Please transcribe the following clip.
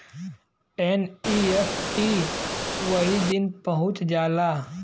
NEFT वही दिन पहुंच जाला